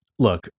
Look